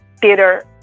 theater